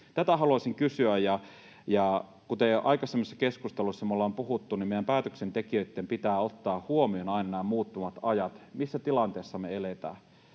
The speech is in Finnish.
Tätä haluaisin kysyä. Kuten jo aikaisemmissa keskusteluissa me ollaan puhuttu, niin meidän päätöksentekijöitten pitää ottaa huomioon aina nämä muuttuvat ajat, missä tilanteessa me eletään.